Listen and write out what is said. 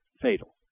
fatal